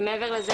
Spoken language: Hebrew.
ומעבר לזה,